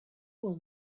will